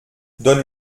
donne